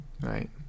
right